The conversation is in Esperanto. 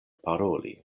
paroli